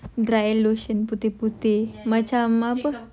dry lotion putih putih macam apa